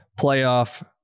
playoff